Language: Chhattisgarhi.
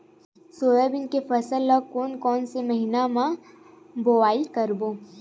सोयाबीन के फसल ल कोन कौन से महीना म बोआई करबो?